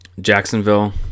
Jacksonville